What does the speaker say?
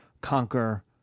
conquer